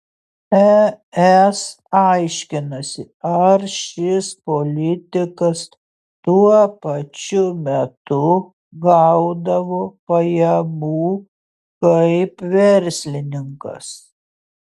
es aiškinasi ar šis politikas tuo pačiu metu gaudavo pajamų kaip verslininkas